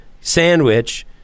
sandwich